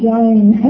Jane